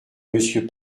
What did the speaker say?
monsieur